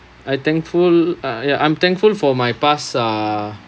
I thankful uh ya I'm thankful for my past uh